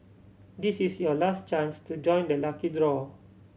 this is your last chance to join the lucky draw